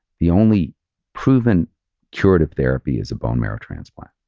the only proven curative therapy is a bone marrow transplant.